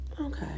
Okay